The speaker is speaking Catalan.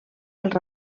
els